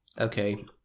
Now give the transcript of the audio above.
Okay